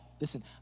listen